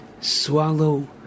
swallow